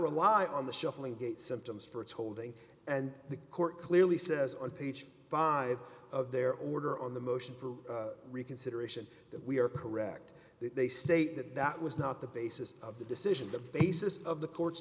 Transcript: rely on the shuffling gait symptoms for its holding and the court clearly says on page five of their order on the motion for reconsideration that we are correct that they state that that was not the basis of the decision the basis of the court's